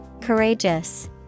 Courageous